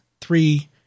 three